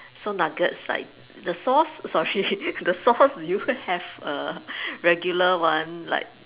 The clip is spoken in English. so nuggets like the sauce sorry the sauce do you have a regular one like